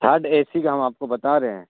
third A C کا ہم آپ کو بتا رہے ہیں